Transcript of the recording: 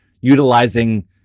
utilizing